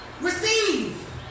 Receive